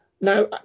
Now